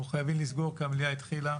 אנחנו חייבים לסגור כי המליאה התחילה.